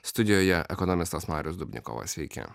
studijoje ekonomistas marius dubnikovas sveiki